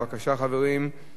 בבקשה, חברים.